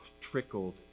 trickled